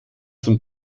zum